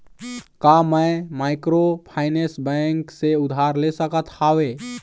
का मैं microfinance bank से उधार ले सकत हावे?